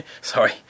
sorry